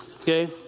Okay